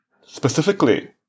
specifically